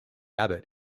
abbot